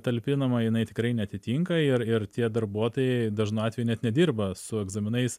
talpinama jinai tikrai neatitinka ir ir tie darbuotojai dažnu atveju net nedirba su egzaminais